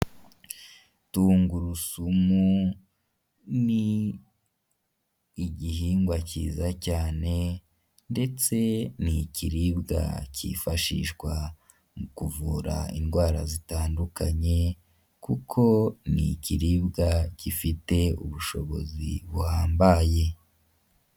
Tungurusumu ni igihingwa kiza cyane ndetse ni ikiribwa kifashishwa mu kuvura indwara zitandukanye, kuko ni ikiribwa gifite ubushobozi buhambaye.